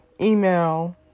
email